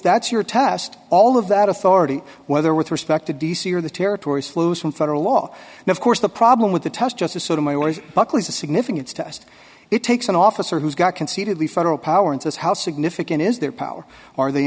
that's your test all of that authority whether with respect to d c or the territories flows from federal law and of course the problem with the test just is sort of my only buckley's the significance to us it takes an officer who's got concededly federal power and says how significant is their power or the